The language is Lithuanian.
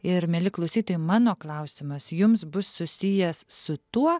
ir mieli klausytojai mano klausimas jums bus susijęs su tuo